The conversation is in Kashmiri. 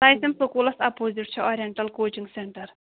لایسن سکوٗلس اَپوزِٹ چھُ ارینٹل کوچنٛگ سینٹَر